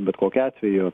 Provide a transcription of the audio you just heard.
bet kokiu atveju